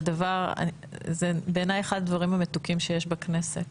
זה בעיניי אחד הדברים המתוקים שיש בכנסת,